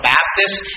Baptist